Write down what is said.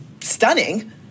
stunning